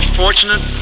fortunate